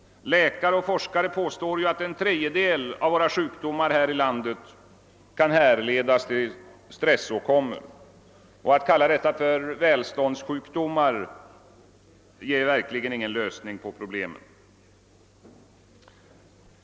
Läkare och forskare påstår också att en tredjedel av våra sjukdomar här i landet kan hänföras till stressåkommor, och att kalla detta välståndssjukdomar är verkligen ingen lösning på problemen.